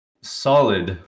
Solid